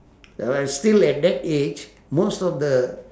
uh still at that age most of the